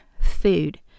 food